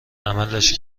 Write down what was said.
عملش